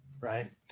right